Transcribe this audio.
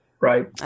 Right